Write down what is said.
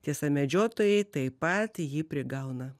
tiesa medžiotojai taip pat jį prigauna